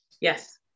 Yes